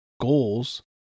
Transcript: goals